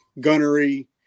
gunnery